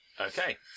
Okay